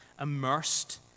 immersed